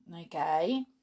okay